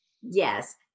Yes